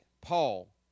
Paul